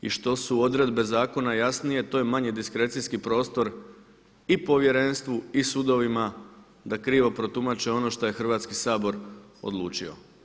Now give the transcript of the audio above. I što su odredbe zakona jasnije to je manji diskrecijski prostor i Povjerenstvu i sudovima da krivo protumače ono što je Hrvatski sabor odlučio.